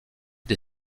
des